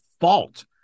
fault